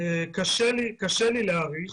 קשה לי להעריך,